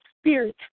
spirit